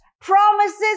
Promises